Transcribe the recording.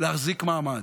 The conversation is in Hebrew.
להחזיק מעמד.